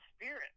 spirit